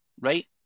right